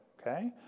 Okay